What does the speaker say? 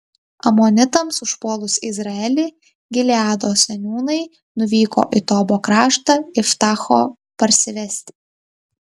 amonitams užpuolus izraelį gileado seniūnai nuvyko į tobo kraštą iftacho parsivesti